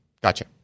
Gotcha